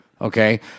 Okay